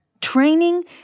training